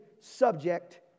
subject